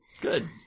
Good